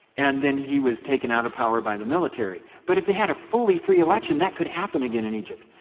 and then he was taken out of power by the military. but if they had a fully free election that could happen again in egypt,